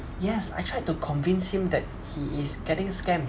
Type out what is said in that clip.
yes I tried to convince him that he is getting scammed